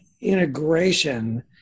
integration